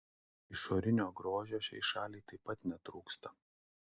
išorinio grožio šiai šaliai taip pat netrūksta